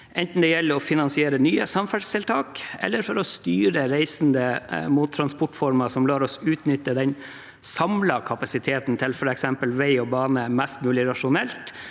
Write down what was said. enten det gjelder å finansiere nye samferdselstiltak eller å styre reisende mot transportformer som lar oss utnytte den samlede kapasiteten på f.eks. vei og bane mest mulig rasjonelt,